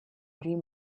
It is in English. dream